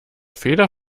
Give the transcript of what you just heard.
feder